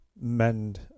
mend